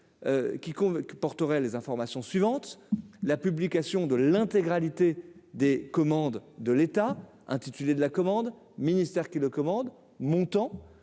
porterait les informations suivantes : la publication de l'intégralité des commandes de l'État intitulé de la commande, ministère qui le commande montant